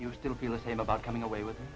you still feel the same about coming away with